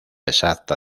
exacta